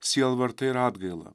sielvartą ir atgailą